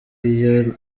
iyo